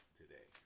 today